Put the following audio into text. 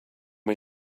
are